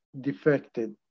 defected